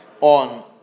on